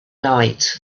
night